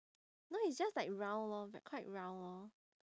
no it's just like round lor bu~ quite round lor